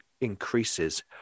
increases